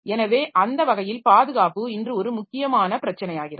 எனவே அந்த வகையில் பாதுகாப்பு இன்று ஒரு முக்கியமான பிரச்சனையாகிறது